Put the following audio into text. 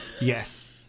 Yes